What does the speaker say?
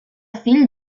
fill